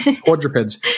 Quadrupeds